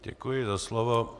Děkuji za slovo.